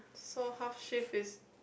so how shift is